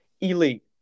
Elite